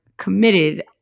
committed